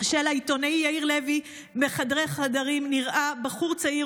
של העיתונאי יאיר לוי מחדרי חדרים נראה בחור צעיר